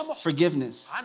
forgiveness